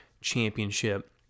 championship